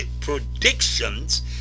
predictions